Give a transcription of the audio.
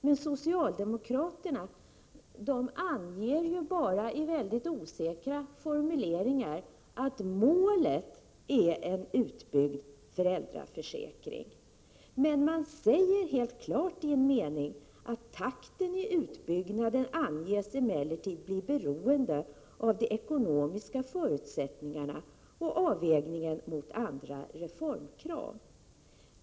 Men socialdemokraterna har ju bara i väldigt osäkra formuleringar sagt att målet är en utbyggd föräldraförsäkring, men man säger helt klart i en mening att takten i en utbyggnad emellertid anges bli beroende av de ekonomiska förutsättningarna och avvägningen mot andra reformkrav.